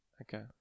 Okay